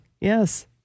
Yes